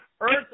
Earth